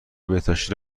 بهداشتی